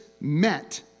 met